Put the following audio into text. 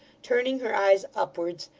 turning her eyes upwards,